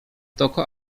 toku